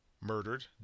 murdered